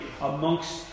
amongst